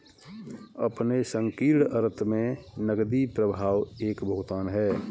अपने संकीर्ण अर्थ में नकदी प्रवाह एक भुगतान है